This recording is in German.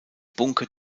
bunker